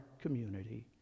community